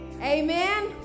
Amen